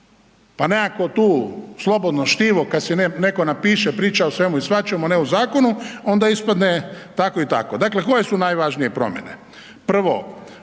pa nekakvo tu slobodno štivo kad si netko napiše, priča o svemu i svačemu a ne o zakonu, onda ispadne tako i tako. Dakle koje su najvažnije promjene?